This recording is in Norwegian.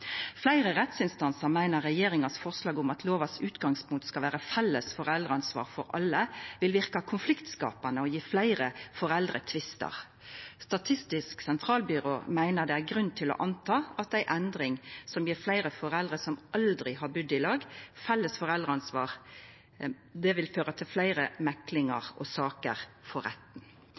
Fleire rettsinstansar meiner regjeringa sitt forslag om at utgangspunktet for lova skal vera felles foreldreansvar for alle, vil verka konfliktskapande og gje fleire foreldretvistar. Statistisk sentralbyrå meiner det er grunn til å anta at ei endring som gjev fleire foreldre som aldri har budd i lag, felles foreldreansvar, vil føra til fleire meklingar og saker for retten.